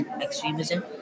extremism